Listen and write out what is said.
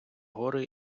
гори